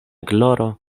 gloro